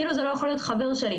כאילו זה לא יכול להיות חבר שלי.